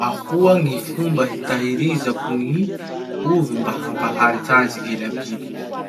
Ahoa gny fomba hitahirizako gny ovy mba hampaharitsy azy ela bibiky?